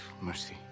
mercy